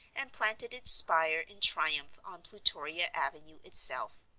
and planted its spire in triumph on plutoria avenue itself.